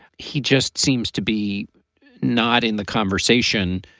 he just seems to be not in the conversation.